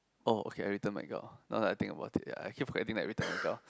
oh okay I return back your now that I think about it ya I keep forgetting that everytime